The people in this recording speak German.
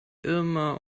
immer